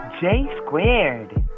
J-squared